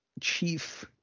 chief